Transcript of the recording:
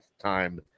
time